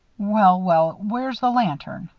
well, well, where's the lantern?